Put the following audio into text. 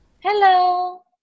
Hello